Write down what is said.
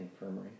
infirmary